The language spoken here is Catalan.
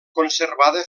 conservada